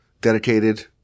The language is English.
dedicated